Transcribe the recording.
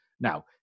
Now